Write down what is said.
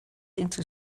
into